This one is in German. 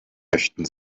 möchten